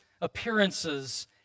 appearances